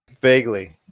Vaguely